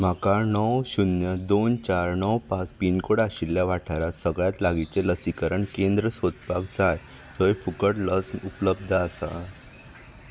म्हाका णव शुन्य दोन चार णव पांच पिनकोड आशिल्ल्या वाठारात सगळ्यात लागींचें लसीकरण केंद्र सोदपाक जाय जंय फुकट लस उपलब्द आसा